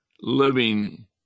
living